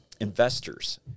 investors